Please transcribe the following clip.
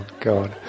God